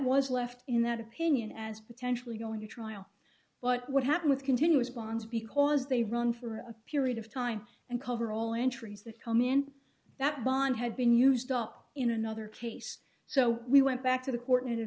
was left in that opinion as potentially going to trial what would happen with continuous bonds because they run for a period of time and cover all entries that come in that bond had been used up in another case so we went back to the co